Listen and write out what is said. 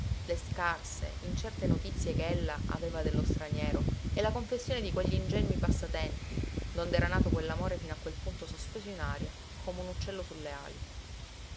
le scarse incerte notizie che ella aveva dello straniero e la confessione di quegli ingenui passatempi donde era nato quell'amore fino a quel punto sospeso in aria come un uccello sulle ali